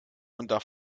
unter